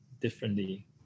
differently